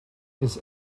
his